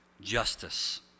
justice